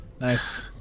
Nice